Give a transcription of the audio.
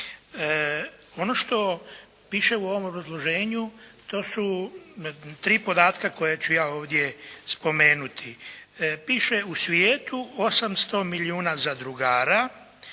Ono što piše u ovom obrazloženju to su tri podatka koja ću ja ovdje spomenuti. Piše u svijetu 800 milijuna zadrugara,